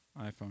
iPhone